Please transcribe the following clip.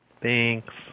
Thanks